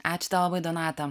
ačiū tau labai donata